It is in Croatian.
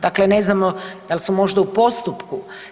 Dakle, ne znamo dal' su možda u postupku.